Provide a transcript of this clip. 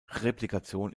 replikation